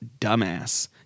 dumbass